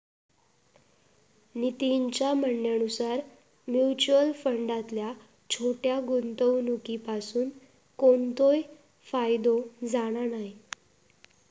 नितीनच्या म्हणण्यानुसार मुच्युअल फंडातल्या छोट्या गुंवणुकीपासून कोणतोय फायदो जाणा नाय